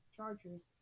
Chargers